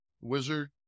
wizard